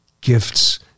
gifts